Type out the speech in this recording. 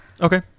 Okay